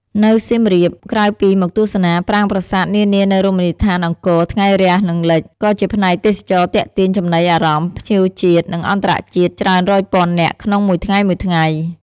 នៅសៀមរាប ក្រៅពីមកទស្សនាប្រាង្គប្រាសាទនានានៅរមណីយដ្ឋានអង្គរ ថ្ងៃរះ និងលិច ក៏ជាផ្នែកទេសចរណ៍ទាក់ទាញចំណីអារម្មណ៍ភ្ញៀវជាតិ និងអន្តរជាតិច្រើនរយពាន់នាក់ក្នុងមួយថ្ងៃៗ។